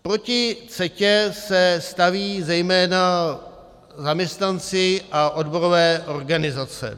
Proti CETA se staví zejména zaměstnanci a odborové organizace.